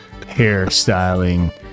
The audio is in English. hairstyling